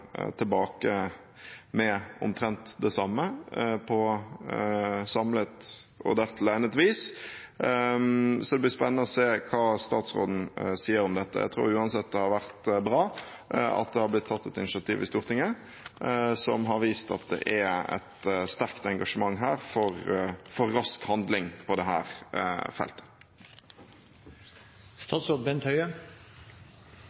tilbake med omtrent det samme, på samlet og dertil egnet vis. Så det blir spennende å høre hva statsråden sier om dette. Jeg tror uansett det har vært bra at det har blitt tatt et initiativ i Stortinget som har vist at det er et sterkt engasjement for rask handling på